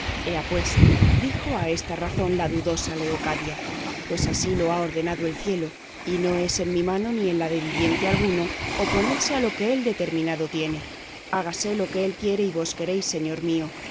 ea pues dijo a esta sazón la dudosa leocadia pues así lo ha ordenado el cielo y no es en mi mano ni en la de viviente alguno oponerse a lo que él determinado tiene hágase lo que él quiere y vos queréis señor mío